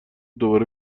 دوباره